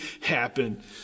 happen